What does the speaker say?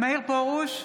מאיר פרוש,